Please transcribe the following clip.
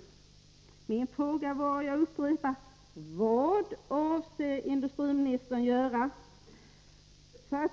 En av mina frågor var alltså: Vad avser industriministern